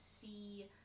see